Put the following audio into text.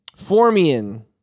Formian